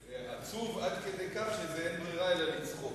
זה עצוב עד כדי כך שאין ברירה אלא לצחוק.